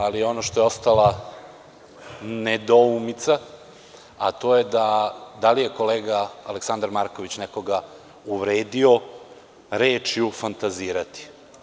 Ali, ono što je ostala nedoumica, to je da li je kolega Aleksandar Marković nekoga uvredio rečju – fantazirati?